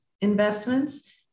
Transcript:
investments